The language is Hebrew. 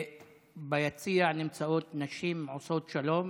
ביציע נמצאות נשים עושות שלום.